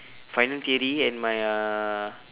final theory and my uh